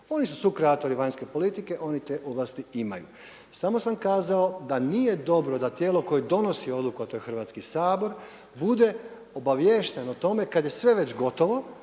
Oni su sukreatori vanjske politike, oni te ovlasti imaju. Samo sam kazao da nije dobro, da tijelo koje donosi odluku a to je Hrvatski sabor, bude obavješten o tome kada je sve već gotovo